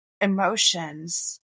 emotions